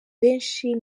benshi